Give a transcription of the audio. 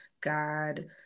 God